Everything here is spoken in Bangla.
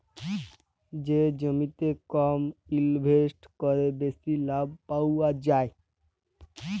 যে জমিতে কম ইলভেসেট ক্যরে বেশি লাভ পাউয়া যায়